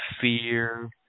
fear